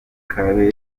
kale